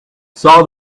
saw